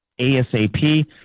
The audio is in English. ASAP